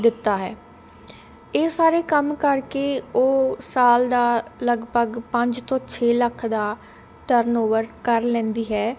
ਦਿੱਤਾ ਹੈ ਇਹ ਸਾਰੇ ਕੰਮ ਕਰਕੇ ਉਹ ਸਾਲ ਦਾ ਲਗਭਗ ਪੰਜ ਤੋਂ ਛੇ ਲੱਖ ਦਾ ਟਰਨਓਵਰ ਕਰ ਲੈਂਦੀ ਹੈ